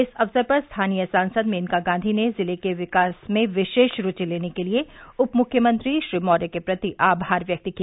इस अक्सर पर स्थानीय सांसद मेनका गांधी ने जिले के विकास में विशेष रूचि लेने के लिये उप मुख्यमंत्री श्री मौर्य के प्रति आभार व्यक्त किया